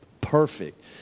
perfect